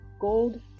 gold